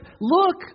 Look